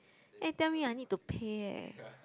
then tell me I need to pay eh